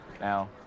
Now